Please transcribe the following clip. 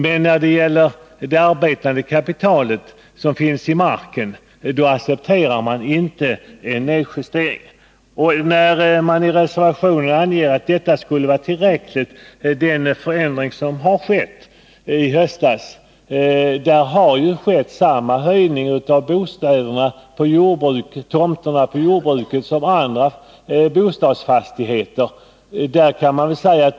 Men när det gäller det arbetände kapitalet som representeras av markvärdet i en jordbruksfastighet accepterar man inte en nedjustering. Det har ju skett samma höjning av taxeringsvärdena för tomtmarken och bostadsbyggnad på jordbruksfastigheterna som på andra bostadsfastigheter.